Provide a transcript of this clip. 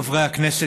חברי הכנסת,